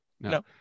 no